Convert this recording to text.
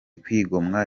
kwigomwa